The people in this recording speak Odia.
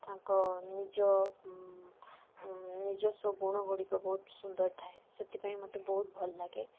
ତାଙ୍କ ନିଜ ନିଜସ୍ୱ ଗୁଣ ଗୁଡ଼ିକ ବହୁତ ସୁନ୍ଦର ଥାଏ ସେଥିପାଇଁ ମତେ ବହୁତ ଭଲ ଲାଗେ